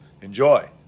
Enjoy